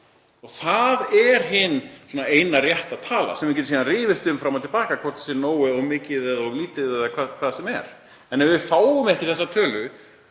Það er hin eina rétta tala sem við getum síðan rifist um fram og til baka hvort sé nógu há eða of lág eða hvað sem er. En ef við fáum ekki þessa tölu